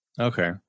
Okay